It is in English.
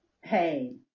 hey